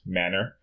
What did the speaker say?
manner